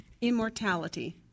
immortality